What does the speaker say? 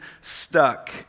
Stuck